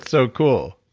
so cool!